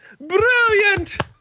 brilliant